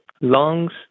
lungs